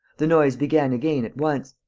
the noise began again at once,